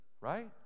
right